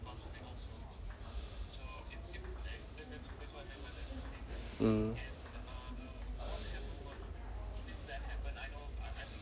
mm